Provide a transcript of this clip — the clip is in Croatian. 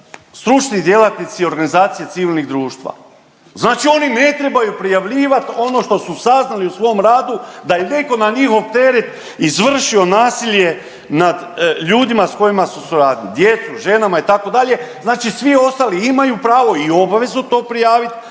stručni djelatnici organizacije civilnih društva. Znači oni ne trebaju prijavljivati ono što su saznali u svom radu, da je netko na njihov teret izvršio nasilje nad ljudima s kojima su, su radili. Djecu, ženama, itd., znači svi ostali imaju pravo i obavezu to prijaviti,